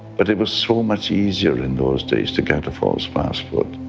but it was so much easier in those days to get a false passport.